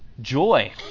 joy